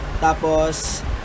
tapos